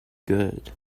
good